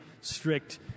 strict